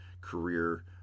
career